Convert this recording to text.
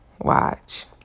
watch